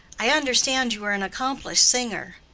i understand you are an accomplished singer.